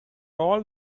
all